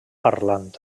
parlant